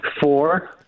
Four